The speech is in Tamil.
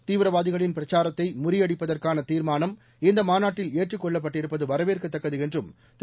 தீவிரவாதிகளின் பிரச்சாரத்தை முறியடிப்பதற்கான தீர்மானம் இந்த மாநாட்டில் ஏற்றுக் கொள்ளப்பட்டிருப்பது வரவேற்கத்தக்கது என்றும் திரு